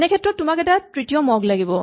তেনেক্ষেত্ৰত তোমাক এটা তৃতীয় মগ লাগিব